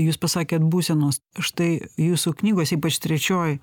jūs pasakėt būsenos štai jūsų knygos ypač trečioj